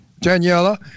Daniela